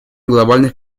глобальных